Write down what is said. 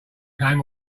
came